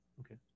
Okay